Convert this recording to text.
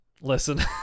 listen